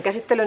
asia